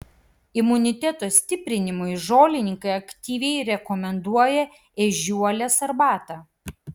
imuniteto stiprinimui žolininkai aktyviai rekomenduoja ežiuolės arbatą